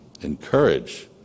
encourage